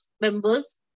members